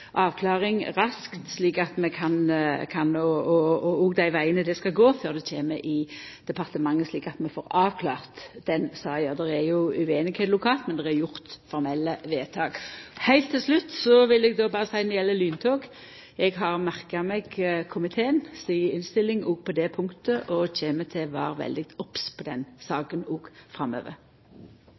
avklaring raskt på den vegen, før saka kjem til departementet, slik at vi får ei avklaring. Det er jo usemje lokalt, men det er gjort formelle vedtak. Heilt til slutt vil eg berre seia når det gjeld lyntog, at eg har merka meg komiteens innstilling òg på det punktet, og at eg kjem til å vera veldig obs på den saka framover.